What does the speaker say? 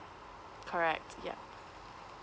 correct ya